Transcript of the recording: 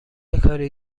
کاری